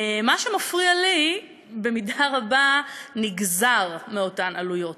מה שמפריע לי במידה רבה נגזר מאותן עלויות.